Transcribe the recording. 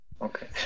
Okay